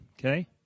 Okay